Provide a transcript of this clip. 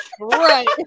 Right